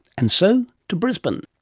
and so to brisbane.